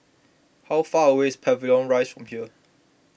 how far away is Pavilion Rise from here